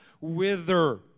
wither